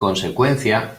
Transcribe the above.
consecuencia